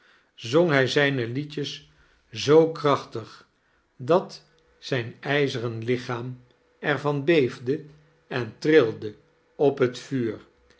zong hjg zijne liedjes zoo krachtig dat zijn ijzeren lichaam er van beefde en trilde op het vuur